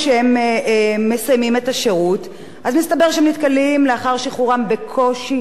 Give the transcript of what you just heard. מסתבר שהם נתקלים לאחר שחרורם בקושי רב להוציא רשיון אזרחי לנשק